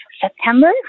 September